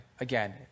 again